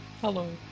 hello